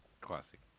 Classic